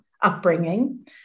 upbringing